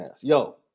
Yo